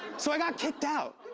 so i got kicked out.